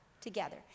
together